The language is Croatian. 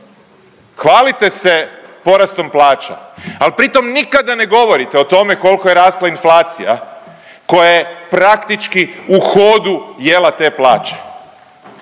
Hvalite se porastom plaća, ali pritom nikada ne govorite o tome koliko je rasla inflacija koja je praktički u hodu jela te plaće.